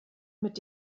mit